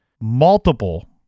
Multiple